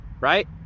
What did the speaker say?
right